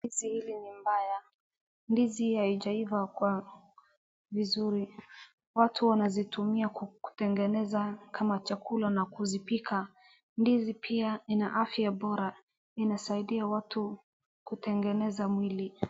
Ndizi hili ni mbaya, ndizi haijaiva kwa vizuri, watu wanazitumia kutengeneza kama chakula na kuzipika. Ndizi pia ina afya bora, inasaidia watu kutengeneza mwili.